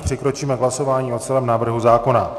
Přikročíme k hlasování o celém návrhu zákona.